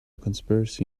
conspiracy